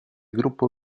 gruppo